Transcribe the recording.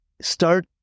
start